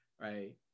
right